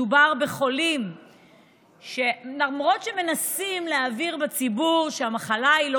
מדובר בחולים שלמרות שמנסים להעביר בציבור שהמחלה היא לא